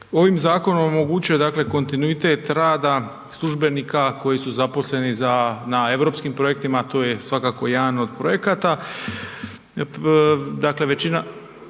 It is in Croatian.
ovim zakonom omogućuje kontinuitet rada službenika koji su zaposleni na europskim projektima, a to je svakako jedan od projekata.